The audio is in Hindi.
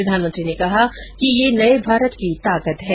प्रधानमंत्री ने कहा कि ये नये भारत की ताकत है